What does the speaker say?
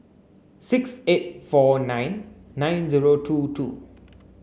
six eight four nine nine zero two two